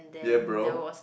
yeah bro